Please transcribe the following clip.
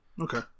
Okay